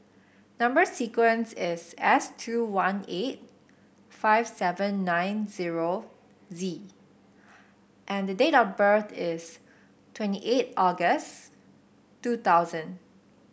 number sequence is S two one eight five seven nine zero Z and the date of birth is twenty eight August two thousand